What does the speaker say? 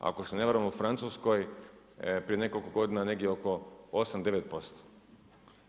Ako se ne varam u Francuskoj prije nekoliko godina negdje oko 8, 9%